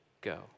go